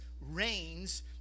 reigns